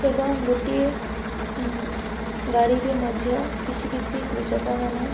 ଏବଂ ଗୋଟିଏ ଗାଡ଼ିରେ ମଧ୍ୟ କିଛି କିଛି କୃଷକମାନେ